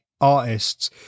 artists